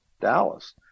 Dallas